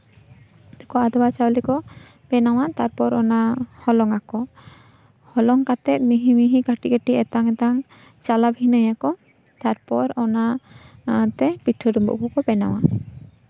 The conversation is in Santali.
ᱟᱫᱣᱟ ᱪᱟᱣᱞᱮ ᱠᱚ ᱵᱮᱱᱟᱣᱟ ᱛᱟᱨᱯᱚᱨ ᱚᱱᱟ ᱦᱚᱞᱚᱝ ᱟᱠᱚ ᱦᱚᱞᱚᱝ ᱠᱟᱛᱮ ᱢᱤᱦᱤ ᱢᱤᱦᱤ ᱠᱟᱹᱴᱤᱡ ᱠᱟᱹᱴᱤᱡ ᱮᱛᱟᱝ ᱮᱛᱟᱝ ᱪᱟᱞᱟ ᱵᱷᱤᱱᱟᱹᱭᱟᱠᱚ ᱛᱟᱨᱯᱚᱨ ᱚᱱᱟ ᱛᱮ ᱯᱤᱴᱷᱟᱹ ᱰᱩᱢᱵᱩᱜ ᱠᱚᱠᱚ ᱵᱮᱱᱟᱣᱟ